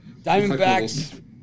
Diamondbacks